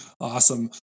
Awesome